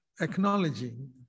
acknowledging